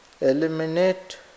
eliminate